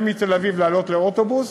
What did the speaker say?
ומתל-אביב לעלות לאוטובוס,